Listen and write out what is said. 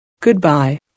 Goodbye